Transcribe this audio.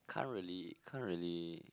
can't really can't really